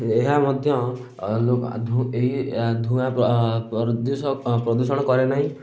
ଏହାମଧ୍ୟ ଧୂଆଁ ପ୍ରଦୂଷଣ କରେ ନାହିଁ